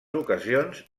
ocasions